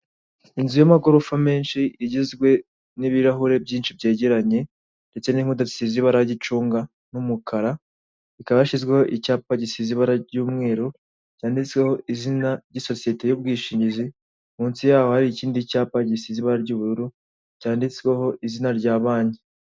Inzu y'amagorofa menshi igizwe n'ibirahure byinshi byegeranye ndetse n'inkuta zisize ibara ry'icunga n'umukara, ikaba yashyizweho icyapa gisize ibara ry'umweru cyanditseho izina ry'isosite y'ubwishingizi, munsi yaho hari ikindi cyapa gisize ibara ry'ubururu cyanditsweho izina rya banki.